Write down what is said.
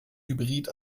hybrid